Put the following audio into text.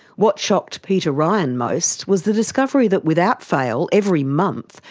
what shocked peter ryan most was the discovery that without fail, every month,